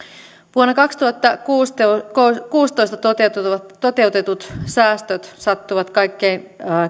vuonna kaksituhattakuusitoista toteutetut toteutetut säästöt sattuvat kaikkein